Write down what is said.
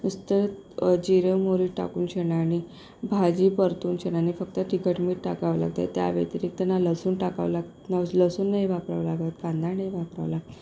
नुसतं जीरं मोहरी टाकून चनानी भाजी परतून चनानी फक्त तिखट मीठ टाकावं लागतंय त्याव्यतिरिक्त ना लसूण टाकावं लाग नस लस लसूण नाही वापरावं लागत कांदा नाही वापरावं लागत